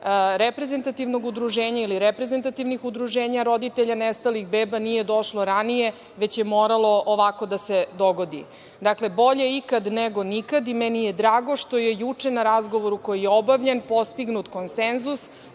reprezentativnog udruženja ili reprezentativnih udruženja roditelja nestalih beba, nije došlo ranije već je moralo ovako da se dogodi. Dakle, bolje ikad nego nikad. Meni je drago što je juče na razgovoru koji je obavljen postignut konsenzus